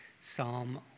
Psalm